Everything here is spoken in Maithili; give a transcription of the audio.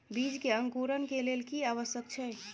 बीज के अंकुरण के लेल की आवश्यक छै?